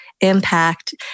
impact